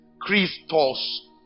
christos